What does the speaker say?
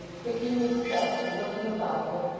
picking his steps, and looking about him,